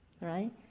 right